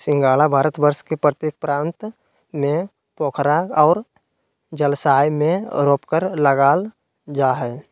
सिंघाड़ा भारतवर्ष के प्रत्येक प्रांत में पोखरा और जलाशय में रोपकर लागल जा हइ